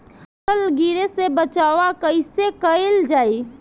फसल गिरे से बचावा कैईसे कईल जाई?